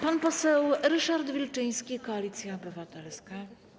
Pan poseł Ryszard Wilczyński, Koalicja Obywatelska.